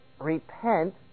repent